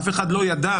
אף אחד לא ידע,